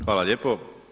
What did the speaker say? Hvala lijepo.